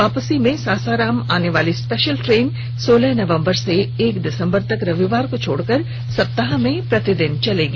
वापसी में सासाराम आने वाली स्पेशल ट्रेन सोलह नवंबर से एक दिसंबर तक रविवार को छोड़कर सप्ताह के प्रतिदिन चलेगी